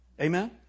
Amen